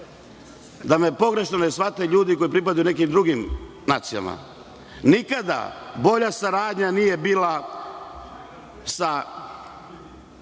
me pogrešno ne shvate ljudi koji pripadaju nekim drugim nacijama, nikada bolja saradnja nije bila sa